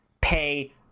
pay